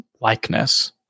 likeness